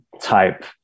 type